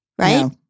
right